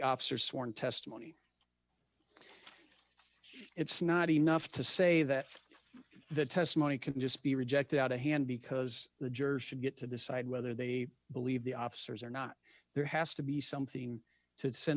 officer sworn testimony it's not enough to say that the testimony can just be rejected out of hand because the jurors should get to decide whether they believe the officers or not there has to be something to send